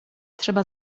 trzeba